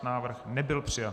Návrh nebyl přijat.